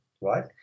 right